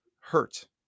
hurt